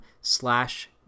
slash